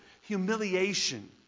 humiliation